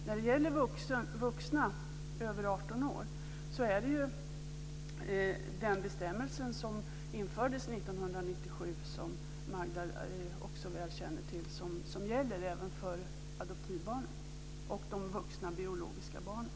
När det gäller vuxna över 18 år är det ju den bestämmelse som infördes 1997, som Magda också väl känner till, som gäller, även för adoptivbarnen och de vuxna biologiska barnen.